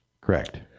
Correct